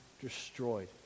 destroyed